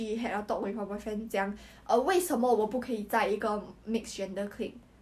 yong sheng is not as bad